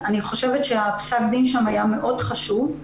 אני חושבת שפסק הדין שם היה מאוד חשוב.